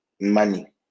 money